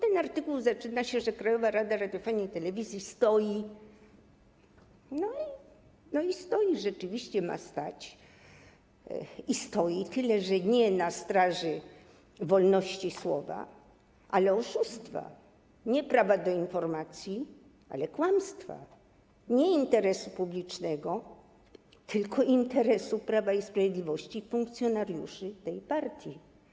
Ten artykuł zaczyna się tym, że Krajowa Rada Radiofonii i Telewizji stoi... no i stoi rzeczywiście, ma stać i stoi, tyle że nie na straży wolności słowa, ale oszustwa, nie prawa do informacji, ale kłamstwa, nie interesu publicznego, tylko interesu Prawa i Sprawiedliwości i funkcjonariuszy tej partii.